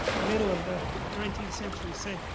middle of the nineteenth century, say,